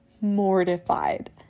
mortified